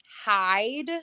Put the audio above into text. hide